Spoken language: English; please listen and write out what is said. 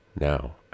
Now